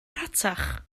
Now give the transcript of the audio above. rhatach